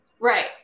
Right